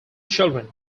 children